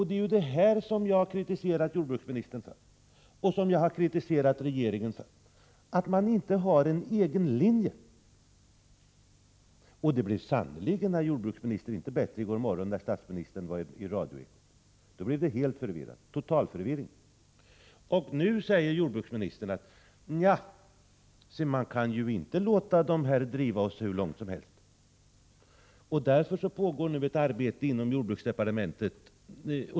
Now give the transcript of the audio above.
Det är ju för detta jag har kritiserat jordbruksministern och regeringen — att man inte har en egen linje. Och det blev sannerligen, herr jordbruksminister, inte bättre i går morse, när statsministern framträdde i radioekot. Då blev det totalförvirring! Nu säger jordbruksministern: Ja, se man kan ju inte låta de här staterna driva oss hur långt som helst, utan vi får då gå vår egen väg, och därför pågår det ett arbete härvidlag inom jordbruksdepartementet.